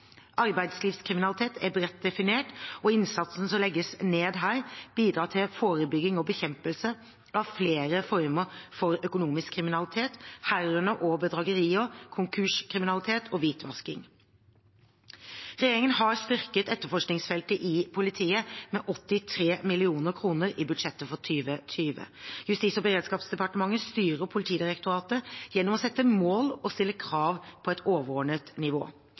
Arbeidslivskriminalitet er bredt definert, og innsatsen som legges ned her, bidrar til forebygging og bekjempelse av flere former for økonomisk kriminalitet, herunder også bedragerier, konkurskriminalitet og hvitvasking. Regjeringen har styrket etterforskningsfeltet i politiet med 83 mill. kr i budsjettet for 2020. Justis- og beredskapsdepartementet styrer Politidirektoratet gjennom å sette mål og stille krav på et overordnet nivå.